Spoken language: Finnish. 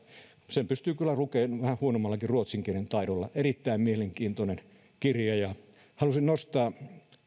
sen pystyy kyllä lukemaan vähän huonommallakin ruotsin kielen taidolla erittäin mielenkiintoinen kirja halusin nostaa